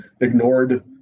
ignored